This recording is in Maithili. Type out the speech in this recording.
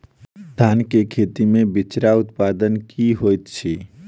धान केँ खेती मे बिचरा उत्पादन की होइत छी?